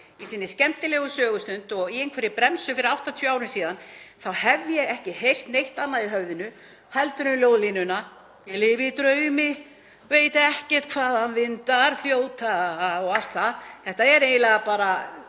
í sinni skemmtilegu sögustund og í einhverri bremsu fyrir 80 árum síðan þá hef ég ekki heyrt neitt annað í höfðinu heldur ljóðlínuna: Ég lifi í draumi, veit ekki hvað vindar þjóta, og allt það. Ég er að vona að